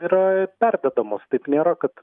yra pervedamos taip nėra kad